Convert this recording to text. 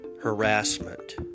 harassment